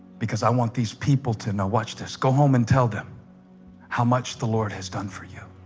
because i want these people to know watch this go home and tell them how much the lord has done for you